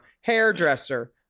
Hairdresser